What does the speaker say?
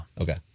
Okay